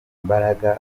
imbaraga